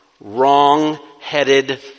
wrong-headed